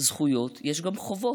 זכויות יש גם חובות.